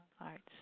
Arts